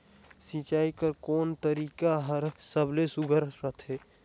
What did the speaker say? सिंचाई कर कोन तरीका हर सबले सुघ्घर रथे?